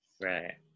right